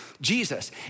Jesus